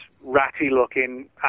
ratty-looking